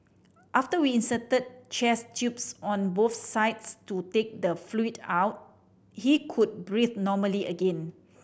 after we inserted chest tubes on both sides to take the fluid out he could breathe normally again